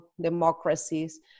democracies